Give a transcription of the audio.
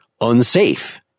unsafe